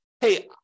hey